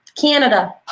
Canada